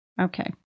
okay